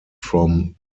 from